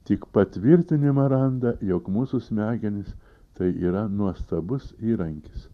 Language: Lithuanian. tik patvirtinimą randa jog mūsų smegenys tai yra nuostabus įrankis